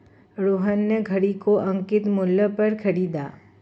मोहन ने घड़ी को अंकित मूल्य पर खरीदा